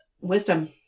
wisdom